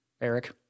Eric